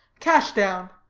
cash down.